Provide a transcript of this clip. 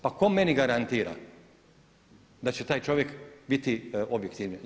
Pa tko meni garantira da će taj čovjek biti objektivni.